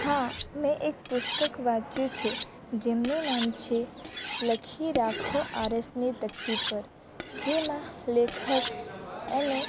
હા મેં એક પુસ્તક વાંચ્યું છે જેમનું નામ છે લખી રાખો આરસની તકતી પર જેમાં લેખક અને